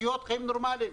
לחיות חיים נורמליים.